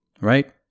Right